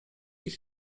ich